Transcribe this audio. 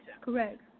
Correct